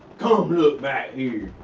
come look back here.